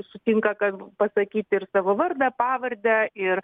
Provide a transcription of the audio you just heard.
sutinka kad pasakyti ir savo vardą pavardę ir